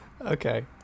Okay